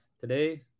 Today